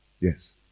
yes